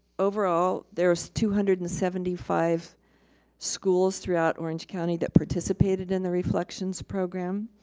overall, there was two hundred and seventy five schools throughout orange county that participated in the reflections program.